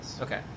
Okay